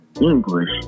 English